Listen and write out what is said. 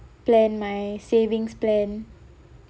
plan my savings plan